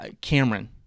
cameron